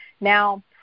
Now